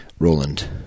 Roland